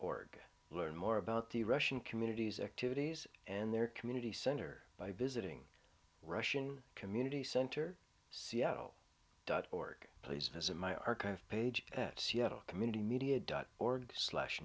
org learn more about the russian communities activities and their community center by visiting russian community center seattle dot org please visit my archive page at seattle community media dot org slash